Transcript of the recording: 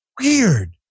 Weird